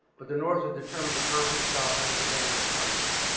but the north was determined to conquer the south under the banner of communism.